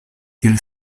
tiel